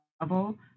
level